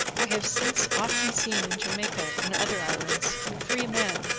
i have since often seen in jamaica and other islands free men,